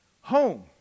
home